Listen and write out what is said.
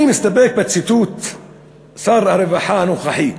אני מסתפק בציטוט שר הרווחה הנוכחי,